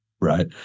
right